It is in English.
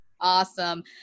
awesome